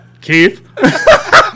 Keith